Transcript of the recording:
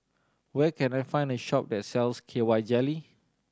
where can I find a shop that sells K Y Jelly